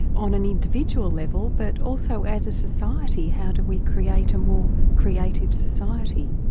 on an individual level but also as a society, how do we create a more creative society?